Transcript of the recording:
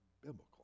biblical